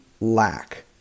lack